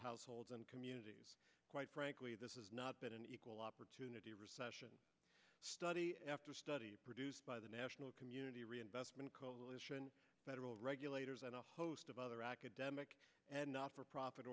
households and community quite frankly this is not but an equal opportunity recession study after study produced by the national community reinvestment coalition federal regulators and a host of other academic and not for profit